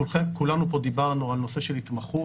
וכולנו פה דיברנו על נושא התמחות.